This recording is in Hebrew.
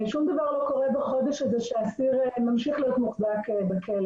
שום דבר לא קורה בחודש הזה שהאסיר ממשיך להיות מוחזק בכלא,